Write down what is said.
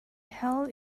held